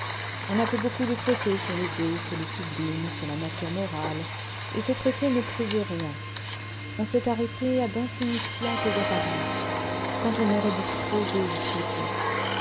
on a fait beaucoup de traités sur le beau sur le sublime sur la nature morale et ces traités ne prouvent rien on s'est arrêté à d'insignifiantes apparences quand on aurait dû creuser jusqu'au tuf